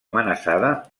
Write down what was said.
amenaçada